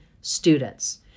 students